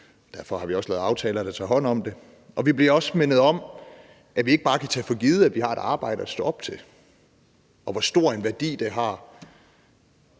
Derfor har vi også lavet aftaler, der tager hånd om det. Og vi bliver også mindet om, at vi ikke bare kan tage for givet, at vi har et arbejde at stå op til, og om, hvor stor en værdi det har